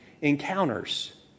encounters